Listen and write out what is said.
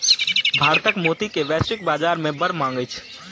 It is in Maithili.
भारतक मोती के वैश्विक बाजार में बड़ मांग अछि